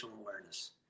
awareness